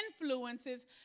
influences